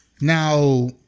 Now